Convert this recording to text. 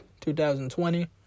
2020